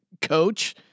coach